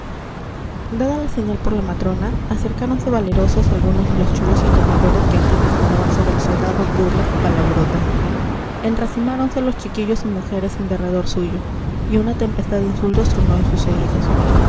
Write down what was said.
dada la señal por la matrona acercáronse valerosos algunos de los chulos y tomadores que antes dispararan sobre el soldado burlas y palabrotas enracimáronse los chiquillos y mujeres en derredor suyo y una tempestad de insultos tronó en sus oídos